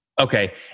Okay